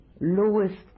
lowest